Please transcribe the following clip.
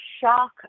shock